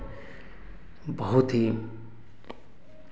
बहुत ही